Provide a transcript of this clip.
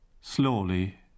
Slowly